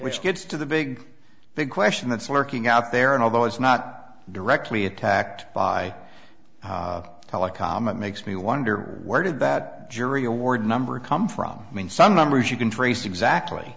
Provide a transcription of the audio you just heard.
which gets to the big big question that's lurking out there and although it's not directly attacked by telecom it makes me wonder where did that jury award number come from i mean some numbers you can trace exactly